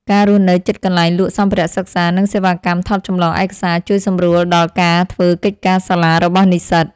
ការរស់នៅជិតកន្លែងលក់សម្ភារៈសិក្សានិងសេវាកម្មថតចម្លងឯកសារជួយសម្រួលដល់ការធ្វើកិច្ចការសាលារបស់និស្សិត។